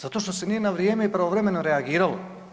Zato što se nije na vrijeme i pravovremeno reagiralo.